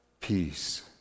Peace